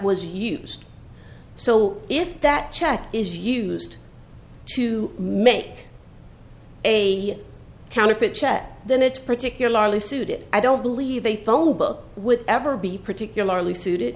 was used so if that check is used to make a counterfeit check then it's particularly suited i don't believe a phone book would ever be particularly suited